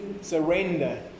Surrender